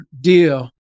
deal